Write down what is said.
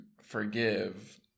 forgive